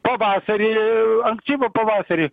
pavasarį ankstyvą pavasarį